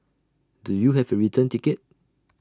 do you have A return ticket